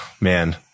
man